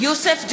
יוסף ג'בארין,